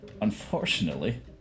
Unfortunately